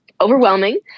overwhelming